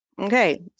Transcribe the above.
Okay